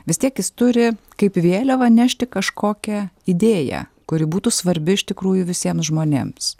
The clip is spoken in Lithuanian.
vis tiek jis turi kaip vėliavą nešti kažkokią idėją kuri būtų svarbi iš tikrųjų visiems žmonėms